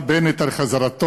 ואפילו כאשר, אתה צריך לסיים בתוך